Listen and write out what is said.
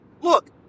Look